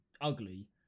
ugly